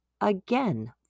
again